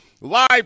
Live